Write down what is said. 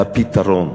הפתרון.